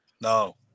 No